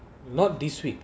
not this week